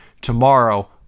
tomorrow